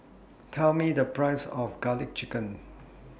Tell Me The Price of Garlic Chicken